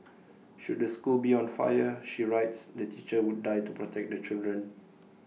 should the school be on fire she writes the teacher would die to protect the children